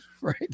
right